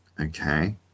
okay